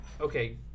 Okay